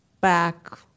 back